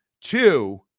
Two